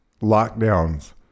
lockdowns